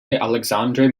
alexandre